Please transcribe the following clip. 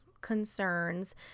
concerns